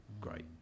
great